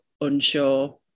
unsure